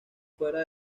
fuera